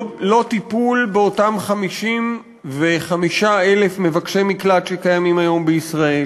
לא טיפול באותם 55,000 מבקשי מקלט שקיימים היום בישראל.